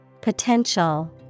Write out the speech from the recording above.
potential